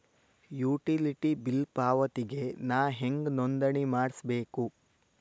Utility bill ಪಾವತಿಗೆ ನಾ ಹೆಂಗ್ ನೋಂದಣಿ ಮಾಡ್ಸಬೇಕು?